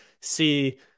see